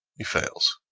he fails.